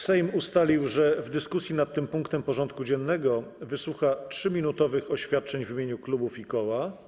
Sejm ustalił, że w dyskusji nad tym punktem porządku dziennego wysłucha 3-minutowych oświadczeń w imieniu klubów i koła.